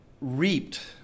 reaped